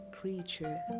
creature